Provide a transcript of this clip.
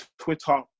twitter